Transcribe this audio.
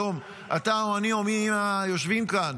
היום אתה או אני או מי מהיושבים כאן